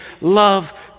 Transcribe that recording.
love